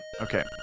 Okay